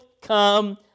come